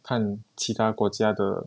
看其他国家的